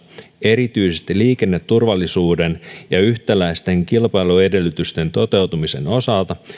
erityisesti liikenneturvallisuuden ja yhtäläisten kilpailuedellytysten toteutumisen osalta